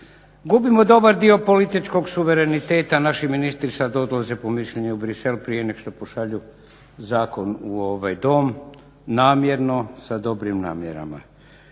Gubimo dobar dio političkog suvereniteta naši ministri sad odlaze po mišljenje u Bruxelles prije nego što pošalju zakon u Dom. Namjerno sa dobrim namjerama.